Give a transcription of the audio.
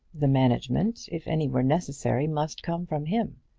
the management, if any were necessary, must come from him.